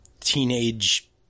teenage